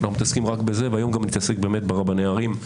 אנחנו מתעסקים רק בזה, והיום נתעסק גם ברבני ערים,